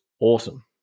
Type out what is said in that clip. awesome